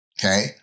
Okay